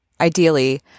Ideally